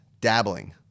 dabbling